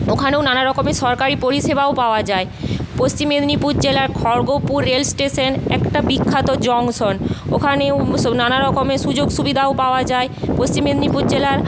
ওখানেও নানারকম সরকারি পরিষেবাও পাওয়া যায় পশ্চিম মেদিনীপুর জেলার খড়্গপুর রেল স্টেশন একটা বিখ্যাত জংশন ওখানেও নানরকমের সুযোগ সুবিধাও পাওয়া যায় পশ্চিম মেদিনীপুর জেলার